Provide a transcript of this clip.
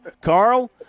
Carl